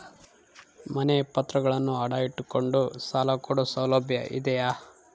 ಮನೆ ಪತ್ರಗಳನ್ನು ಅಡ ಇಟ್ಟು ಕೊಂಡು ಸಾಲ ಕೊಡೋ ಸೌಲಭ್ಯ ಇದಿಯಾ?